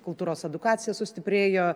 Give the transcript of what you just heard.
kultūros edukacija sustiprėjo